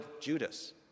Judas